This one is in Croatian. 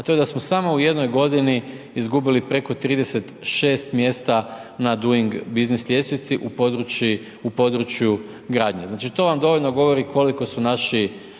a to je da smo samo u jednoj godini izgubili preko 36 mjesta na doing business ljestvici u području gradnje. Znači to vam dovoljno govori koliko su naši